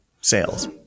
sales